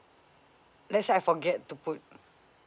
let's say I forget to put